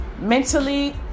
mentally